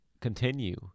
Continue